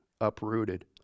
uprooted